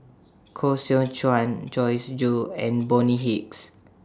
Koh Seow Chuan Joyce Jue and Bonny Hicks